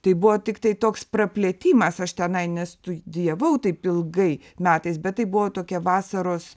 tai buvo tiktai toks praplėtimas aš tenai nestudijavau taip ilgai metais bet tai buvo tokie vasaros